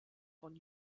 von